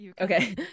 Okay